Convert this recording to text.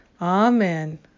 Amen